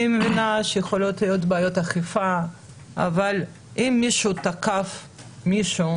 אני מבינה שיכולות להיות בעיות אכיפה אבל אם מישהו תקף על רקע מגדרי,